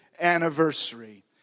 anniversary